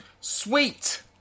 sweet